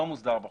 לא מוסדר בחוק.